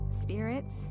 Spirits